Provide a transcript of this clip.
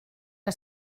que